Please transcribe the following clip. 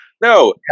No